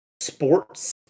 sports